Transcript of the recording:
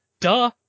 Duh